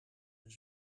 een